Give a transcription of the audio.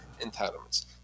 entitlements